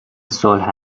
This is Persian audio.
صلح